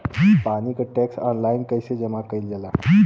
पानी क tax online कईसे जमा कईल जाला?